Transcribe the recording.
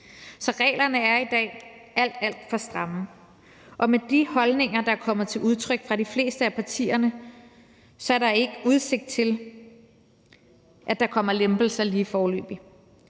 Så reglerne er i dag alt, alt for stramme. Og med de holdninger, der er kommet til udtryk fra de fleste af partierne, er der ikke udsigt til, at der kommer lempelser lige foreløbig.